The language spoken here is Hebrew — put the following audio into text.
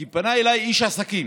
כי פנה אליי איש עסקים